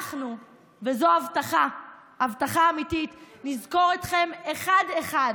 אנחנו, וזאת הבטחה אמיתית נזכור אתכם אחד-אחד: